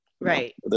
Right